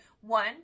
one